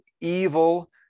evil